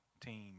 team